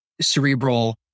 cerebral